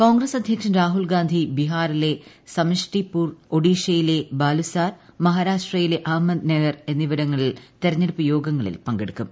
കോൺഗ്രസ് അധ്യക്ഷൻ രാഹൂൽഗാന്ധി ബീഹാറിലെ സമഷ്ടിപൂർ ഒഡീഷയിലെ ബാലസോർ മഹാരാഷ്ട്രയിലെ അഹമ്മദ്നഗർ എന്നിവിടങ്ങളിൽ തിരഞ്ഞെടുപ്പ് യോഗങ്ങളിൽ പങ്കെടുക്കും